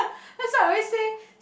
that's why I always say